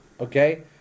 okay